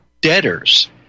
debtors